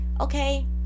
okay